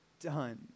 done